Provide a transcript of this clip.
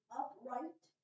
upright